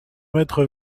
maitre